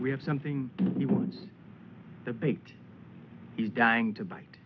we have something he wants the big he dying to bite